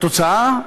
התוצאה,